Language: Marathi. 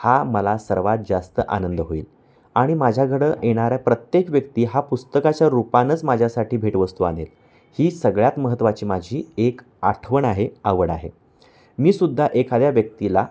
हा मला सर्वात जास्त आनंद होईल आणि माझ्याकडं येणारा प्रत्येक व्यक्ती हा पुस्तकाच्या रूपनंच माझ्यासाठी भेटवस्तू आणेल ही सगळ्यात महत्त्वाची माझी एक आठवण आहे आवड आहे मी सुद्धा एखाद्या व्यक्तीला